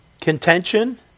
contention